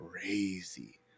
crazy